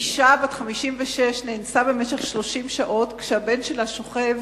אשה בת 56 נאנסה במשך 30 שעות כשהבן שלה שוכב